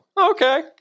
okay